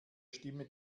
stimme